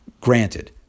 granted